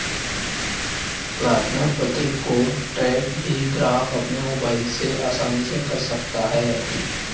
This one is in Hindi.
प्रार्थना पत्र को ट्रैक भी ग्राहक अपने मोबाइल से आसानी से कर सकता है